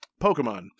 pokemon